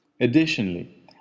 Additionally